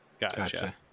Gotcha